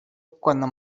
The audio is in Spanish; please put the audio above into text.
cuando